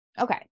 Okay